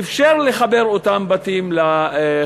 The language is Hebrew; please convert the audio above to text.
אִפשר לחבר אותם לחשמל.